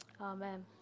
Amen